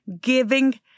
Giving